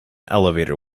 elevator